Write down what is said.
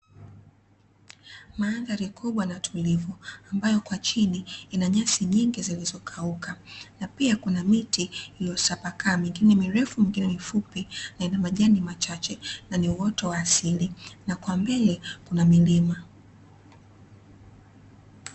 Mandhari kubwa na tulivu, ambayo kwa chini ina nyasi nyingi zilizokauka na pia kuna miti iliyotapakaa mingine mirefu mingine mifupi na yenye majani machache na ni uoto wa asili na kwa mbele kuna milima.